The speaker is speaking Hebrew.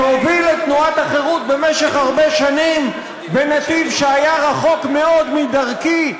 שהוביל את תנועת החרות במשך הרבה שנים בנתיב שהיה רחוק מאוד מדרכי,